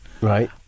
Right